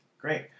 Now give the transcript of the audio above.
Great